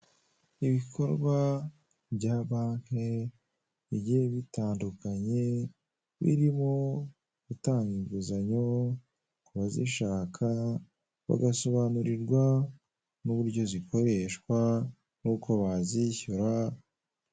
Ibikorwa bya banke bigiye bitandukanye birimo gutanga inguzanyo kubazishaka bagasobanurirwa nuburyo zikoreshwa nuko bazishyura